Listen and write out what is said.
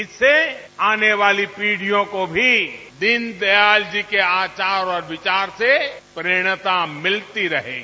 इसके आने वाली पीढ़ियों को भी दीनदयाल जी के आचार और विचार से प्रेरणा मिलती रहेगी